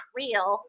real